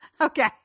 Okay